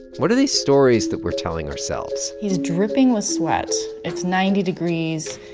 what are these stories that we're telling ourselves? he's dripping with sweat. it's ninety degrees.